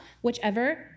whichever